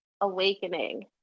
awakening